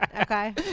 Okay